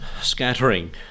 scattering